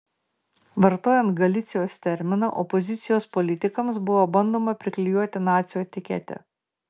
vartojant galicijos terminą opozicijos politikams buvo bandoma priklijuoti nacių etiketę